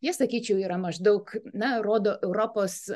jie sakyčiau yra maždaug na rodo europos